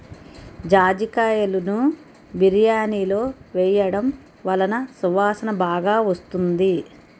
జాజికాయలును బిర్యానిలో వేయడం వలన సువాసన బాగా వస్తుంది